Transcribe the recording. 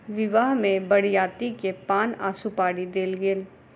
विवाह में बरियाती के पान आ सुपारी देल गेल